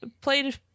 played